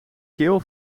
keel